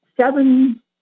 seven